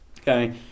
Okay